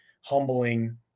humbling